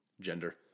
gender